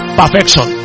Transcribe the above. perfection